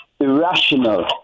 irrational